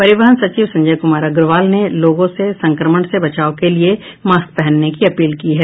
परिवहन सचिव संजय कुमार अग्रवाल ने लोगों से संक्रमण से बचाव के लिए मास्क पहनने की अपील की है